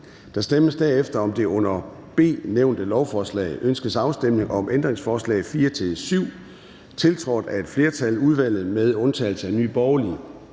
Der stemmes derefter om det under B nævnte lovforslag: Ønskes afstemning om ændringsforslag nr. 4-7, tiltrådt af et flertal (udvalget med undtagelse af NB)? De er